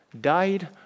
died